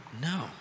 No